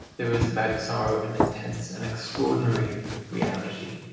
there is about sorrow an intense, an extraordinary reality.